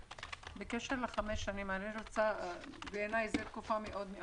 בקשר לחמש שנים, בעיניי זו תקופה ארוכה מאוד.